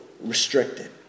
restricted